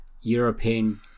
European